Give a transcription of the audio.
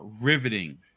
riveting